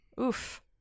oof